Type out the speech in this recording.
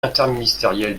interministériel